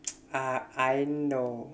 ah I know